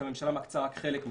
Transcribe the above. כי הממשלה מקצה רק חלק מזה.